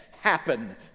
happen